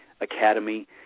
Academy